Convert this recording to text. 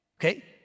Okay